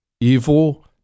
Evil